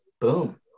boom